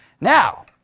Now